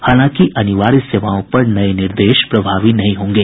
हालांकि अनिवार्य सेवाओं पर नये निर्देश प्रभावी नहीं होंगे